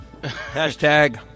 Hashtag